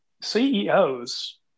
CEOs